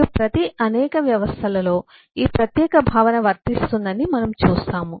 మరియు ప్రతి అనేక వ్యవస్థలలో ఈ ప్రత్యేక భావన వర్తిస్తుందని మనము చూస్తాము